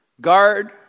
guard